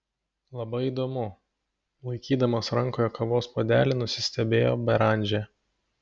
labai įdomu laikydamas rankoje kavos puodelį nusistebėjo beranžė